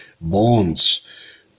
bonds